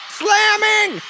slamming